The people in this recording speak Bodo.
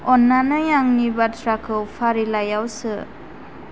अन्नानै आंनि बाथ्राखौ फारिलाइयाव सो